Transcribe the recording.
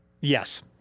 yes